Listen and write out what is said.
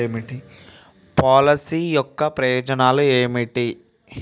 Policy యొక్క ప్రయోజనాలు ఏమిటి?